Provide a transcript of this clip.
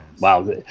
Wow